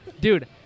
Dude